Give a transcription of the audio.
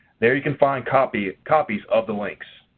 there you can find copies copies of the links.